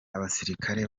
abasirikare